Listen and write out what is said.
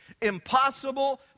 Impossible